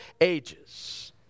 ages